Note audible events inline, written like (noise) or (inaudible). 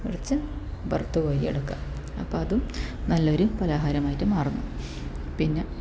(unintelligible) വറുത്തുകോരി എടുക്കുക അപ്പം അതും നല്ലൊരു പലഹാരമായിട്ട് മാറും പിന്നെ